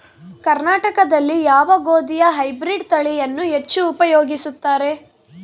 ಕರ್ನಾಟಕದಲ್ಲಿ ಯಾವ ಗೋಧಿಯ ಹೈಬ್ರಿಡ್ ತಳಿಯನ್ನು ಹೆಚ್ಚು ಉಪಯೋಗಿಸುತ್ತಾರೆ?